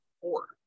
Four